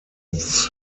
its